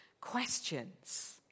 questions